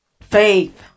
faith